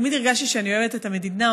תמיד הרגשתי שאני אוהבת את המדינה,